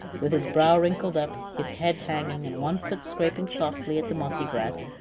with his brow wrinkled up, his head hanging and one foot scraping softly at the mossy grass.